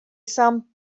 some